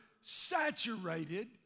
saturated